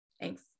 Thanks